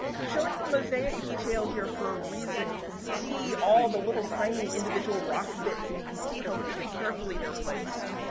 i'm showing a mosaic detail here for a reason. you can see all the little tiny individual rock bits and you can see how very carefully they're placed